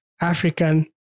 African